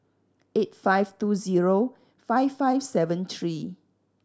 eight five two zero five five seven three